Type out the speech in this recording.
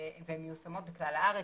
והן מיושמות לכלל הארץ.